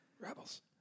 Rebels